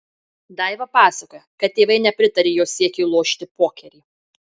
daiva pasakoja kad tėvai nepritarė jos siekiui lošti pokerį